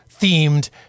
themed